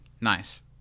Nice